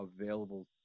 available